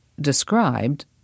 described